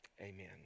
amen